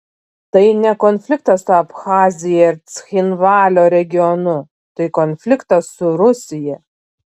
tai ne konfliktas su abchazija ir cchinvalio regionu tai konfliktas su rusija